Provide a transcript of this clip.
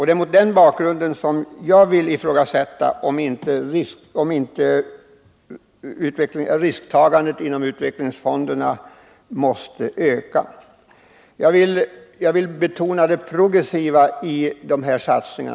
Det är mot den bakgrunden som jag vill ifrågasätta om inte risktagandet inom utvecklingsfonderna måste öka. Jag vill betona det progressiva i dessa satsningar.